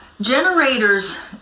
generators